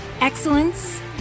excellence